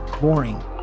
Boring